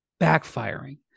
backfiring